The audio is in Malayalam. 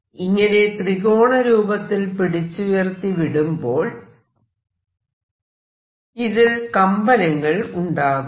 ഇങ്ങനെ ത്രികോണരൂപത്തിൽ പിടിച്ചുയർത്തി വിടുമ്പോൾ ഇതിൽ കമ്പനങ്ങൾ ഉണ്ടാകുന്നു